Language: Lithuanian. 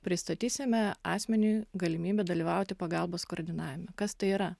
pristatysime asmeniui galimybę dalyvauti pagalbos koordinavime kas tai yra